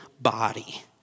body